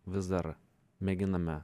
vis dar mėginame